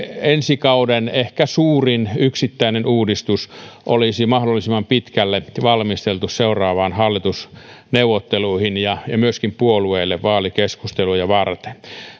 ensi kauden ehkä suurin yksittäinen uudistus olisi mahdollisimman pitkälle valmisteltu seuraaviin hallitusneuvotteluihin ja ja myöskin puolueille vaalikeskusteluja varten